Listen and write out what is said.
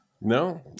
No